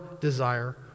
desire